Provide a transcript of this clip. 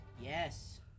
Yes